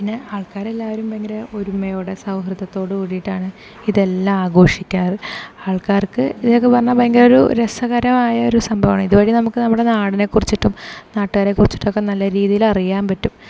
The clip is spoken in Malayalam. പിന്നെ ആൾക്കാർ എല്ലാവരും ഭയങ്കര ഒരുമയോടെ സൗഹൃദത്തോടു കൂടിയിട്ടാണ് ഇതെല്ലാം ആഘോഷിക്കാറ് ആൾക്കാർക്ക് ഇതൊക്കെ പറഞ്ഞാൽ ഭയങ്കര ഒരു രസകരമായ ഒരു സംഭവമാണ് ഇതുവഴി നമുക്ക് നമ്മുടെ നാടിനെക്കുറിച്ചിട്ടും നാട്ടുകാരെക്കുറിച്ചിട്ടൊക്കെ നല്ല രീതിയിൽ അറിയാൻ പറ്റും